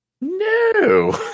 No